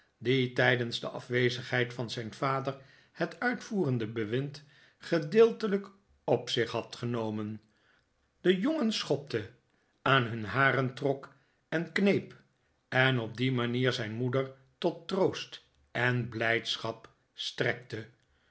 die tijdens de afwezigheid van zijn vader het uitvoerende bewind gedeeltelijk op zich had genomen de jongens schopte aan hun haren trok en kneep en op die manier zijn moeder tot troost en blijdschap strekte